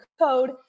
code